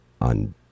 on